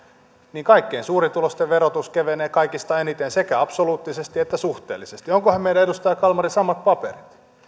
kaikkein suurituloisimpien verotus kevenee kaikista eniten sekä absoluuttisesti että suhteellisesti onkohan meillä edustaja kalmari samat paperit